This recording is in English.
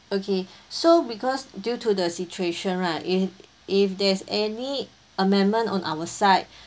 okay so because due to the situation right if if there's any amendment on our side